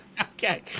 Okay